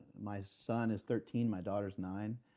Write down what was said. my son its thirteen, my daughter is nine,